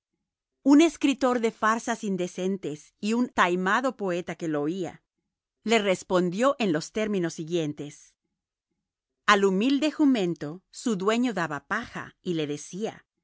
un escritor de farsas indecentes y un taimado poeta que lo oía le respondió en los términos siguientes al humilde jumento su dueño daba paja y le decía